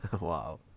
Wow